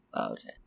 Okay